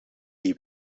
die